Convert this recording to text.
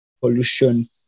Pollution